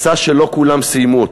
מסע שלא כולם סיימו אותו.